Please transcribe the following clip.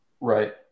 Right